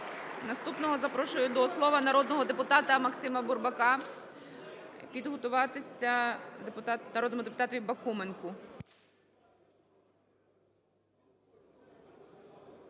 Наступного запрошую до слова народного депутата Максима Бурбака. Підготуватися народному депутату Бакуменку.